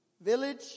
village